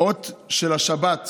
אות של השבת.